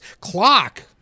clock